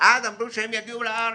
ואז אמרו שהם יביאו לארץ,